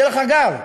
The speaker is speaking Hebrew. דרך אגב,